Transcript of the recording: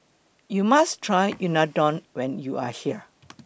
YOU must Try Unadon when YOU Are here